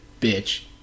bitch